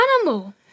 animal